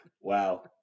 Wow